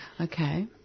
Okay